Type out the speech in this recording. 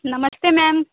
Namaste ma'am